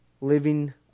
living